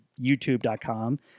youtube.com